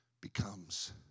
becomes